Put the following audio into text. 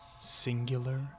singular